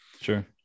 Sure